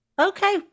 okay